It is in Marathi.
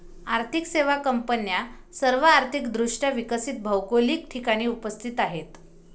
आर्थिक सेवा कंपन्या सर्व आर्थिक दृष्ट्या विकसित भौगोलिक ठिकाणी उपस्थित आहेत